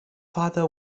father